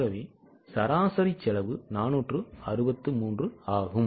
ஆகவே சராசரி செலவு 463 ஆகும்